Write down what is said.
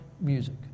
music